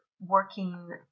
working